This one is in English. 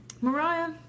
Mariah